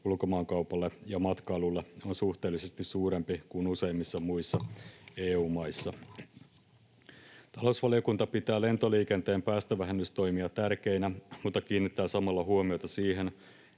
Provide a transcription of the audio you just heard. ulkomaankaupalle ja matkailulle on suhteellisesti suurempi kuin useimmissa muissa EU-maissa. Talousvaliokunta pitää lentoliikenteen päästövähennystoimia tärkeinä mutta kiinnittää samalla huomiota siihen,